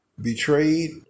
betrayed